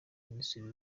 minisitiri